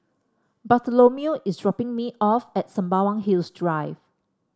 Bartholomew is dropping me off at Sembawang Hills Drive